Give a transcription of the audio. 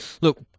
look